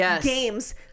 games